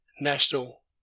National